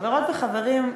חברות וחברים,